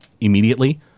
immediately